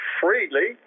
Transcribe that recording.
freely